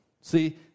See